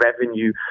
revenue